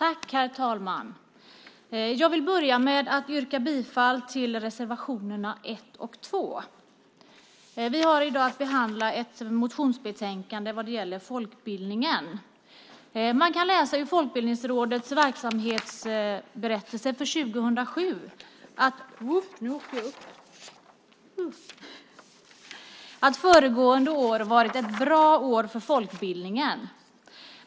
Herr talman! Jag vill börja med att yrka bifall till reservationerna 1 och 2. Vi har nu att behandla ett betänkande om folkbildningen. Man kan i Folkbildningsrådets verksamhetsberättelse för 2007 läsa att föregående år varit ett bra år för folkbildningen.